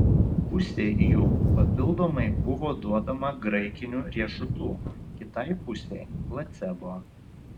pusei jų papildomai buvo duodama graikinių riešutų kitai pusei placebo